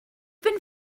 been